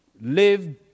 live